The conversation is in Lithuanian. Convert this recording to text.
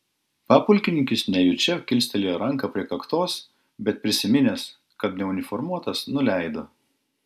papulkininkis nejučia kilstelėjo ranką prie kaktos bet prisiminęs kad neuniformuotas nuleido